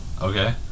Okay